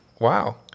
Wow